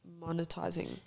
monetizing